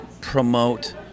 promote